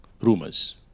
rumors